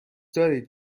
دارید